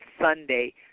Sunday